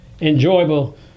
enjoyable